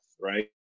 right